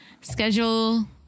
schedule